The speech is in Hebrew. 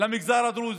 למגזר הדרוזי,